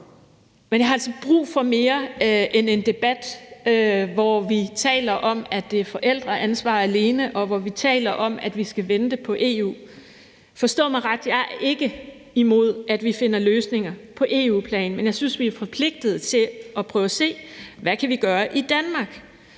Men jeg har altså brug for mere end en debat, hvor vi taler om, at det er forældreansvar alene, og hvor vi taler om, at vi skal vente på EU. Forstå mig ret, jeg er ikke imod, at vi finder løsninger på EU-plan, men jeg synes, vi er forpligtede til at prøve at se, hvad vi kan gøre i Danmark.